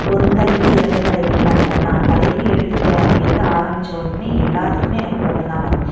ஒரு தலைப்பு இரண்டு தலைப்புன்னுலாம் இல்லை நான் தலைப்பு எடுத்து எழுத ஆரம்பித்த வொன்னமே எல்லாத்துக்கும் எனக்கு குழப்பம்தான் வரும்